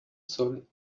sol